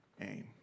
aim